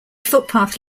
footpath